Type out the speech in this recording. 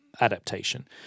adaptation